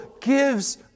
gives